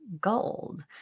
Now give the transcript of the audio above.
gold